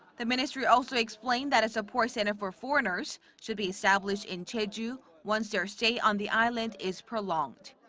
the ministry also explained that a support center for foreigners should be established in jeju once their stay on the island is prolonged.